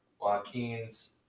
Joaquin's